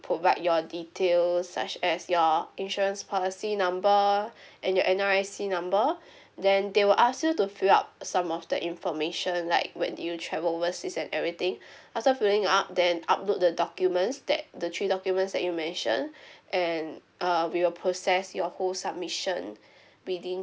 provide your details such as your insurance policy number and your N_R_I_C number then they will ask you to fill up some of the information like when did you travel overseas and everything after filling up then upload the documents that the three documents that you mentioned and uh we will process your whole submission within